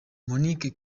monique